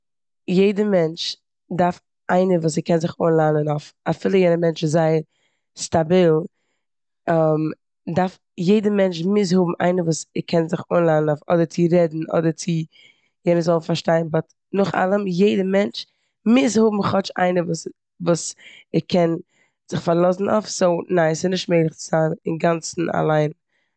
יעדע מענטש דארף איינער וואס ער קען זיך אנלאנען אויף. אפילו יענע מענטש איז זייער סטאביל דארף- יעדע מענטש מוז האבן איינער וואס ער קען זיך אנלאנען אויף. אדער צו רעדן, אדער צו יענער זאל אים פארשטיין באט נאך אלעם יעדע מענטש, מוז האבן כאטש איינער וואס- וואס ער קען זיך פארלאזן אויף סאו ניין. ס'איז נישט מעגליך צו זיין אינגאנצן אליין.